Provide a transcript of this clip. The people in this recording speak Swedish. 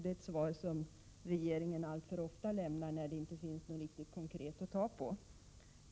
Det är ett svar som regeringen lämnar alltför ofta när det inte finns något riktigt konkret att komma med.